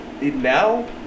Now